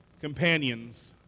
companions